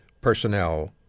personnel